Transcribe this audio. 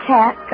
Cat